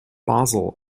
basel